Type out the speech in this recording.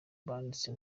banditse